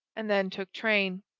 and then took train.